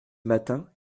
matin